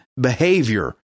behavior